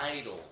idol